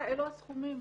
אלה הסכומים.